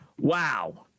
Wow